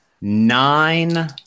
nine